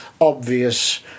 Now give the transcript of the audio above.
obvious